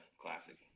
classic